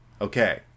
okay